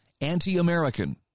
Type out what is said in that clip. anti-American